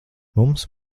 mums